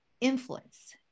influence